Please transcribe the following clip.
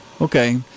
Okay